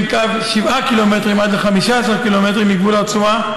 מקו שבעה ק"מ עד ל-15 ק"מ מגבול הרצועה,